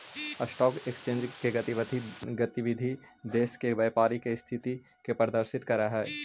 stock exchange के गतिविधि देश के व्यापारी के स्थिति के प्रदर्शित करऽ हइ